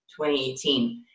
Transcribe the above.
2018